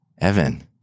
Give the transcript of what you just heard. Evan